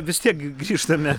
vis tiek grįžtame